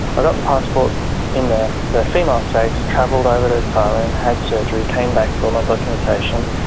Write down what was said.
i got the passport in ah the female sex, travelled over to thailand, had surgery, came back with all my documentation.